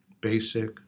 basic